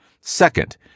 second